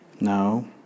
No